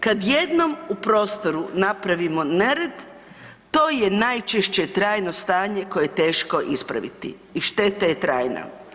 Kad jednom u prostoru napravimo nered to je najčešće trajno stanje koje je teško ispraviti i šteta je trajna.